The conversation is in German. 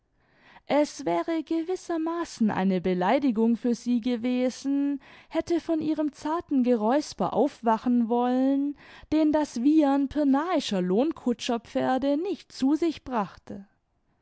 es wäre gewissermaßen eine beleidigung für sie gewesen hätte von ihrem zarten geräusper aufwachen wollen den das wiehern pirnaischer lohnkutscherpferde nicht zu sich brachte